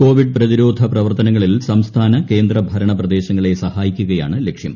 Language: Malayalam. കോവിഡ് പ്രതിരോധ പ്രവർത്തനങ്ങളിൽ സംസ്ഥാന കേന്ദ്രഭരണ്ണ് പ്രിദ്ദേശങ്ങളെ സഹായിക്കുകയാണ് ലക്ഷ്യം